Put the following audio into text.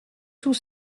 tout